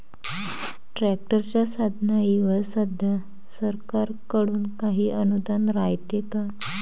ट्रॅक्टरच्या साधनाईवर सध्या सरकार कडून काही अनुदान रायते का?